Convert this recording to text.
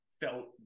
felt